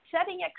setting